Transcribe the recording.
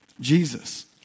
Jesus